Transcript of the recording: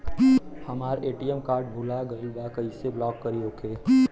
हमार ATM card भूला गईल बा कईसे ब्लॉक करी ओके?